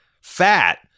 fat